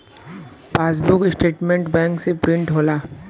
passbook statement bank से print होला